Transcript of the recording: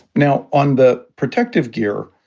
now, on the protective gear,